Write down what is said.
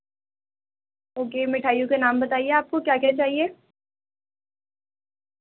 okay مٹھائیوں کے نام بتائیے آپ کو کیا کیا چاہیے